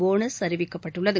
bonus அறிவிக்கப்பட்டுள்ளது